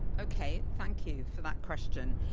okay. thank you for that question.